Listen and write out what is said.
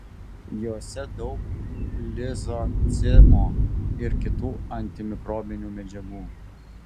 jose daug lizocimo ir kitų antimikrobinių medžiagų